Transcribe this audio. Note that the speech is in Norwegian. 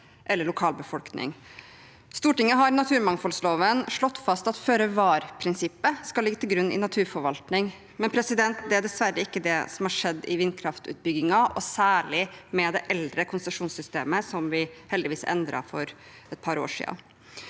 Stortinget har i naturmangfoldloven slått fast at føre-var-prinsippet skal ligge til grunn i naturforvaltning, men det er dessverre ikke det som har skjedd innen vindkraftutbygging, særlig med det eldre konsesjonssystemet, som vi heldigvis endret for et par år siden.